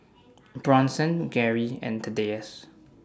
Bronson Garry and Thaddeus